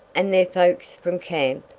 and their folks from camp?